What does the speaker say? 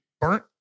burnt